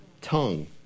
tongue